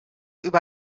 über